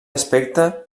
aspecte